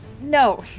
No